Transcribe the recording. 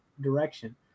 direction